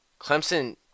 Clemson